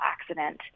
accident